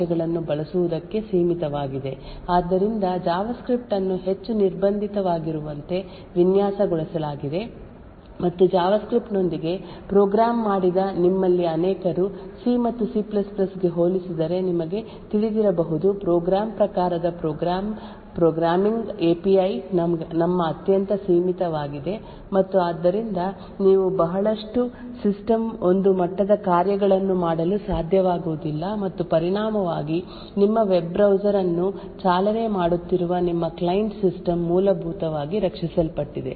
ಆದ್ದರಿಂದ ನಾವು ವೆಬ್ ಬ್ರೌಸರ್ನಲ್ಲಿ ಸಿ ಮತ್ತು ಸಿ C ಕೋಡ್ ಅನ್ನು ಚಲಾಯಿಸಲು ಬಯಸದಿರಲು ದೊಡ್ಡ ಕಾರಣವೆಂದರೆ ಭದ್ರತೆ ಆದ್ದರಿಂದ ಮೂಲಭೂತವಾಗಿ ಸಿ ಮತ್ತು ಸಿ C ಕೋಡ್ ಅನ್ನು ನಂಬುವುದು ನಮಗೆ ತುಂಬಾ ಕಷ್ಟ ಆದ್ದರಿಂದ ಹೆಚ್ಚು ಸುರಕ್ಷಿತ ವಾತಾವರಣವನ್ನು ಸಾಧಿಸುವ ಸಲುವಾಗಿ ನೀವು ಪ್ರೋಗ್ರಾಂ ಗಳು ನಿಮ್ಮ ಬ್ರೌಸರ್ ಮೂಲಕ ಚಾಲನೆ ಮಾಡುವುದು ನಾವು JavaScript ನಂತಹ ಪ್ರೋಗ್ರಾಮಿಂಗ್ ಭಾಷೆಗಳನ್ನು ಬಳಸುವುದಕ್ಕೆ ಸೀಮಿತವಾಗಿದೆ ಆದ್ದರಿಂದ JavaScript ಅನ್ನು ಹೆಚ್ಚು ನಿರ್ಬಂಧಿತವಾಗಿರುವಂತೆ ವಿನ್ಯಾಸಗೊಳಿಸಲಾಗಿದೆ ಮತ್ತು JavaScript ನೊಂದಿಗೆ ಪ್ರೋಗ್ರಾಮ್ ಮಾಡಿದ ನಿಮ್ಮಲ್ಲಿ ಅನೇಕರು ಸಿ ಮತ್ತು ಸಿ C ಗೆ ಹೋಲಿಸಿದರೆ ನಿಮಗೆ ತಿಳಿದಿರಬಹುದು ಪ್ರೋಗ್ರಾಂ ಪ್ರಕಾರದ ಪ್ರೋಗ್ರಾಂ ಪ್ರೋಗ್ರಾಮಿಂಗ್ API ನಮ್ಮ ಅತ್ಯಂತ ಸೀಮಿತವಾಗಿದೆ ಮತ್ತು ಆದ್ದರಿಂದ ನೀವು ಬಹಳಷ್ಟು ಸಿಸ್ಟಮ್ ಒಂದು ಮಟ್ಟದ ಕಾರ್ಯಗಳನ್ನು ಮಾಡಲು ಸಾಧ್ಯವಾಗುವುದಿಲ್ಲ ಮತ್ತು ಪರಿಣಾಮವಾಗಿ ನಿಮ್ಮ ವೆಬ್ ಬ್ರೌಸರ್ ಅನ್ನು ಚಾಲನೆ ಮಾಡುತ್ತಿರುವ ನಿಮ್ಮ ಕ್ಲೈಂಟ್ ಸಿಸ್ಟಮ್ ಮೂಲಭೂತವಾಗಿ ರಕ್ಷಿಸಲ್ಪಟ್ಟಿದೆ